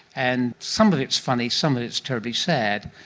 and some of it is funny, some of it is terribly sad.